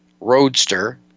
Roadster